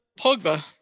Pogba